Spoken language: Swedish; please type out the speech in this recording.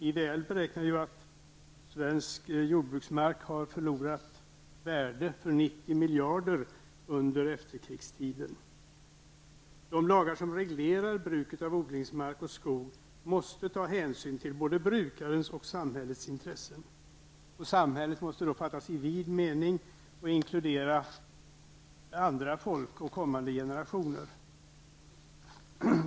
IVL beräknar att svensk jordbruksmark har förlorat värden för 90 miljarder under efterkrigstiden. De lagar som reglerar bruket av odlingsmark och skog måste ta hänsyn både till brukarens och till samhällets intressen. Samhället måste då fattas i vid mening och inkludera andra folk och kommande generationer.